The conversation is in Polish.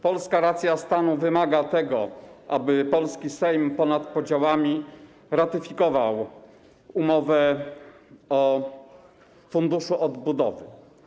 Polska racja stanu wymaga tego, aby polski Sejm ponad podziałami ratyfikował umowę o Funduszu Odbudowy.